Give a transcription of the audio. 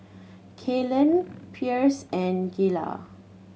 Kaylan Pierce and Gayla